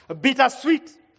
bittersweet